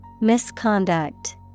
Misconduct